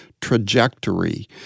trajectory